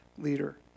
leader